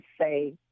say